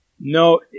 No